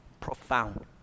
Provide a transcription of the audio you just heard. profound